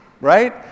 right